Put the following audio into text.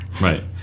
Right